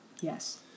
yes